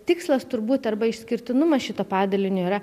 tikslas turbūt arba išskirtinumas šito padalinio yra